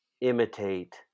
Imitate